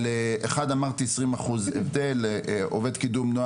אחד אמרתי עשרים אחוז הבדל בשכר.